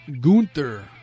Gunther